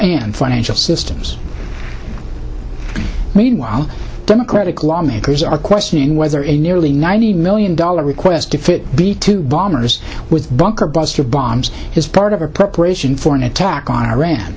and financial systems meanwhile democratic lawmakers are questioning whether in nearly ninety million dollars request to fit b two bombers with bunker buster bombs is part of a preparation for an attack on iran